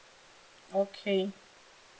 okay